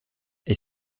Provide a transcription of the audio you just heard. est